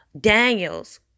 Daniels